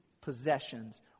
possessions